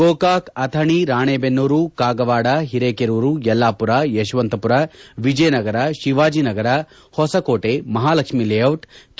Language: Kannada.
ಗೋಕಾಕ ಅಥಣಿ ರಾಣೆಬೆನ್ನೂರು ಕಾಗವಾಡ ಹಿರೆಕೇರೂರು ಯಲ್ಲಾಪುರ ಯಶವಂತಪುರ ವಿಜಯನಗರ ಶಿವಾಜಿನಗರ ಹೊಸಕೋಟೆ ಮಹಾಲಕ್ಷ್ಮೀಲೇದಿಟ್ ಕೆ